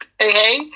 okay